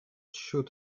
should